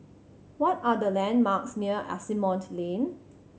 what are the landmarks near Asimont Lane